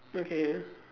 okay